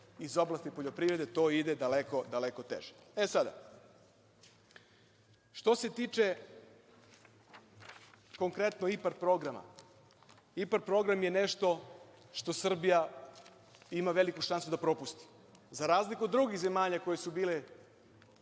iz oblasti poljoprivrede, to ide daleko teže.E, sada, što se tiče konkretno IPARD programa – IPARD program je nešto što Srbija ima veliku šansu da propusti za razliku od drugih zemalja koje su bile